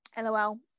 lol